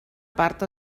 part